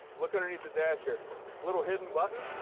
look underneath the dash here, a little hidden button,